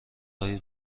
های